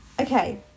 Okay